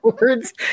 words